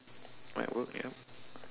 might work yup